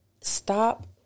stop